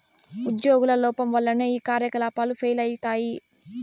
ఉజ్యోగుల లోపం వల్లనే ఈ కార్యకలాపాలు ఫెయిల్ అయితయి